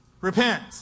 Repent